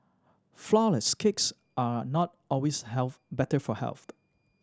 flourless cakes are not always health better for health